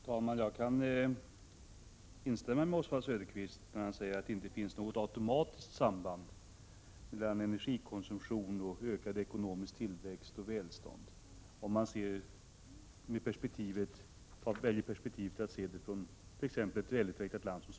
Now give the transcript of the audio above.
Herr talman! Jag kan hålla med Oswald Söderqvist när han säger att det inte finns något automatiskt samband mellan energikonsumtion och ökad ekonomisk tillväxt och välstånd, om man väljer att se det ur ett välutvecklat lands, t.ex. Sveriges, synvinkel.